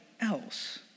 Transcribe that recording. else